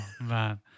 man